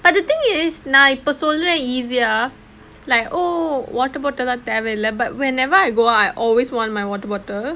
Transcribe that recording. but the thing is நா இப்போ சொல்லுவே:naa ippo solluvae easy யா:yaa like oh water bottle லாம் தேவையில்லே:laam thevaiyillae but whenever I go out I always want my water bottle